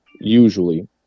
usually